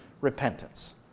repentance